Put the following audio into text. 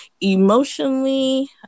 emotionally